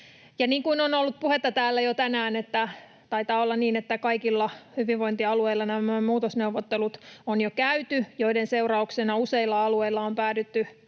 niin kuin on ollut puhetta täällä jo tänään, taitaa olla niin, että kaikilla hyvinvointialueilla on jo käyty nämä muutosneuvottelut, joiden seurauksena useilla alueilla on päädytty nimenomaan